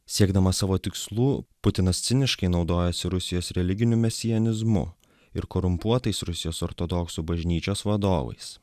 siekdamas savo tikslų putinas ciniškai naudojasi rusijos religiniu mesianizmu ir korumpuotais rusijos ortodoksų bažnyčios vadovais